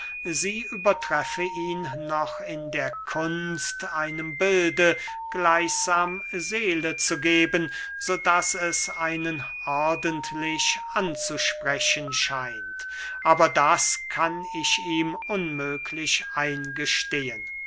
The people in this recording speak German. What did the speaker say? sie übertreffe ihn noch in der kunst einem bilde gleichsam seele zu geben so daß es einen ordentlich anzusprechen scheint aber das kann ich ihm unmöglich eingestehen